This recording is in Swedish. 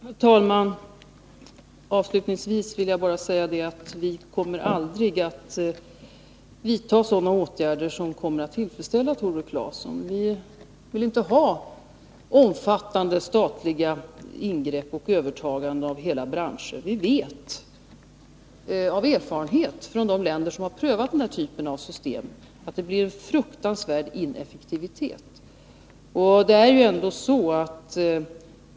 Herr talman! Avslutningsvis vill jag säga att vi kommer aldrig att vidta sådana åtgärder som kommer att tillfredsställa Tore Claeson. Vi vill inte ha omfattande statliga ingrepp och statligt övertagande av hela branscher. Vi vet av erfarenhet från de länder som har prövat denna typ av system att det blir en fruktansvärd ineffektivitet.